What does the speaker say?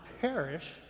perish